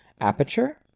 aperture